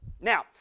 Now